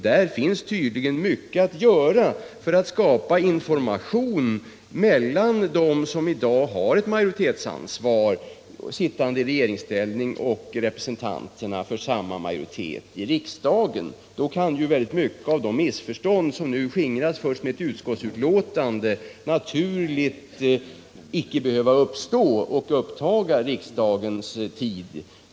Det finns tydligen mycket att göra för att tillskapa information mellan dem i regeringsställning som har ett majoritetsansvar och representanterna för samma majoritet i riksdagen. Då kan ju väldigt många av de missförstånd som skingras först med ett utskottsbetänkande icke behöva uppstå och uppta riksdagens tid.